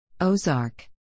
Ozark